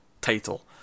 title